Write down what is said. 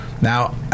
Now